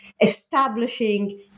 establishing